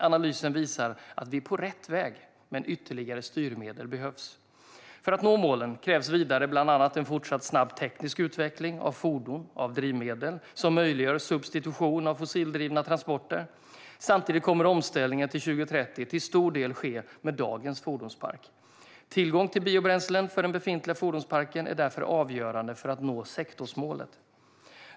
Analysen visar att vi är på rätt väg men att ytterligare styrmedel behövs. För att nå målen krävs vidare bland annat en fortsatt snabb teknisk utveckling av fordon och drivmedel som möjliggör en substitution av fossildrivna transporter. Samtidigt kommer omställningen till 2030 till stor del att ske med dagens fordonspark. Tillgång till biobränslen för den befintliga fordonsparken är därför avgörande för att nå sektorsmålet.